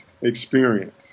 experience